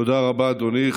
תודה רבה, אדוני.